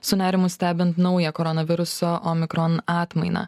su nerimu stebint naują koronaviruso omikron atmainą